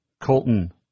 Colton